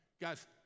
Guys